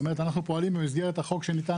זאת אומרת אנחנו פועלים במסגרת החוק שניתן